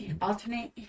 alternate